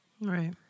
Right